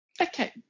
okay